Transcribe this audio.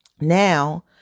Now